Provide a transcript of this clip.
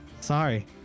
sorry